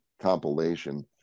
compilation